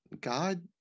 God